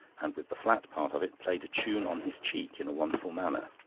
and with the flat part of it played a tune on his cheek in a wonderful manner.